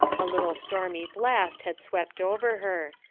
a little stormy blast had swept over her.